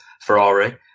Ferrari